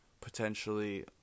potentially